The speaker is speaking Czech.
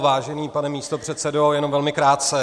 Vážený pane místopředsedo, jenom velmi krátce.